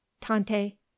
Tante